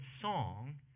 song